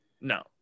No